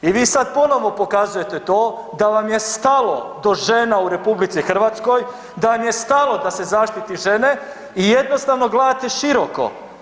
I vi sad ponovo pokazujete to da vam je stalo do žena u RH, da vam je stalo da se zaštiti žene i jednostavno gledate široko.